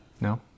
no